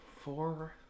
Four